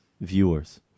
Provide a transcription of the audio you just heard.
viewers